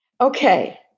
Okay